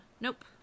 Nope